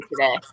today